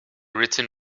written